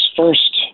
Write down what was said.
first